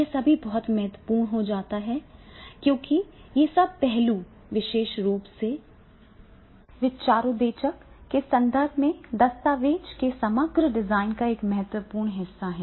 यह सब बहुत महत्वपूर्ण हो जाता है क्योंकि ये सभी पहलू विशेष रूप से विचारोत्तेजक के संदर्भ में दस्तावेज़ के समग्र डिजाइन का एक महत्वपूर्ण हिस्सा हैं